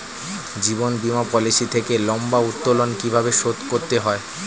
জীবন বীমা পলিসি থেকে লম্বা উত্তোলন কিভাবে শোধ করতে হয়?